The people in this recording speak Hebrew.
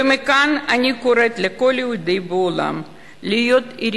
ומכאן, אני קוראת לכל יהודי בעולם להיות ער